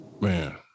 Man